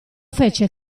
fece